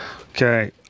okay